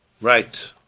Right